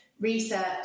research